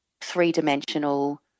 three-dimensional